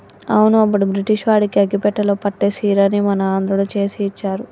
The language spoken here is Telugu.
అవును అప్పుడు బ్రిటిష్ వాడికి అగ్గిపెట్టెలో పట్టే సీరని మన ఆంధ్రుడు చేసి ఇచ్చారు